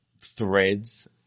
threads